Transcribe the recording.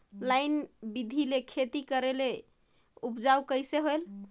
Line बिधी ले खेती करेले उपजाऊ कइसे होयल?